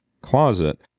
closet